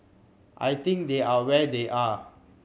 I think they are where they are